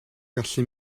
gallu